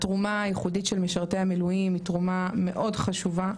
התרומה הייחודית של משרתי המילואים היא תרומה מאוד חשובה,